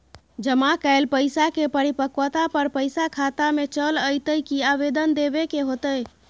जमा कैल पैसा के परिपक्वता पर पैसा खाता में चल अयतै की आवेदन देबे के होतै?